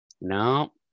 no